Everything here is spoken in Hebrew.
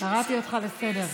קראתי אותך לסדר.